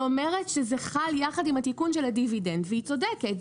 היא אומרת שזה חל יחד עם התיקון של הדיבידנד והיא צודקת,